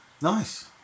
Nice